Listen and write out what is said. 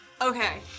Okay